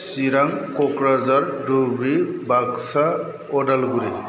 Chirang Kokrajhar Dhubri Baksa Udalguri